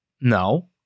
No